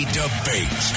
debate